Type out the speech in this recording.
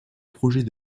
projet